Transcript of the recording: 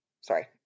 Sorry